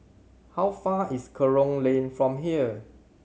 how far is Kerong Lane from here